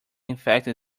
infected